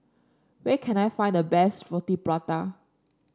where can I find the best Roti Prata